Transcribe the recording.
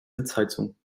sitzheizung